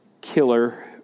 killer